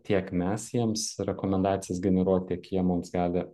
tiek mes jiems rekomendacijas generuot tik jie mums gali